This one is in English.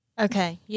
Okay